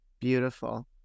Beautiful